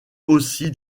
aussi